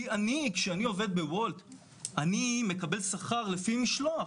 מקבלים שכר לפי משלוח.